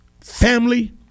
Family